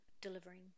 delivering